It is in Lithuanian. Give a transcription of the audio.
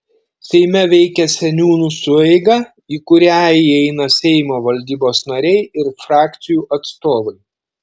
seime veikia seniūnų sueiga į kurią įeina seimo valdybos nariai ir frakcijų atstovai